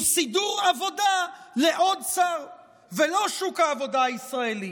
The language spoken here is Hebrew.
סידור עבודה לעוד שר ולא שוק העבודה הישראלי.